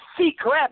secret